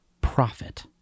Profit